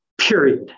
period